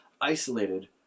isolated